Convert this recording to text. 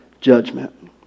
judgment